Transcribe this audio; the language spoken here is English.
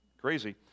crazy